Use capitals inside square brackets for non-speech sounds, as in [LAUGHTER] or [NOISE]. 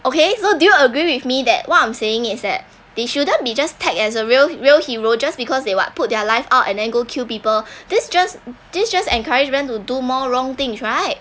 okay so do you agree with me that what I'm saying is that they shouldn't be just tagged as a real real hero just because they what put their life out and then go kill people [BREATH] this just this just encourage them to do more wrong things right